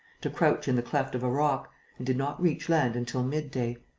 to crouch in the cleft of a rock and did not reach land until mid-day.